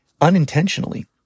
unintentionally